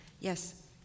Yes